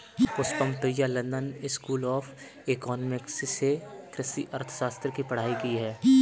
Pushpam Priya London school of economics से कृषि अर्थशास्त्र की पढ़ाई की है